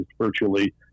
virtually